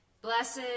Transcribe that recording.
Blessed